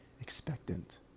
expectant